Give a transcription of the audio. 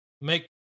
make